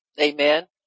Amen